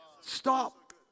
Stop